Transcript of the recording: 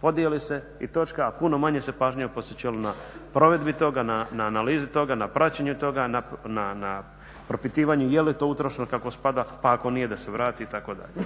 podijele se i točka, a puno manje se pažnje posvećivalo na provedbi toga, na analizi toga, na praćenju toga, na propitivanju je li to utrošeno kako spada pa ako nije da se vrati itd.